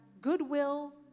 goodwill